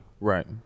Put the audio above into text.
Right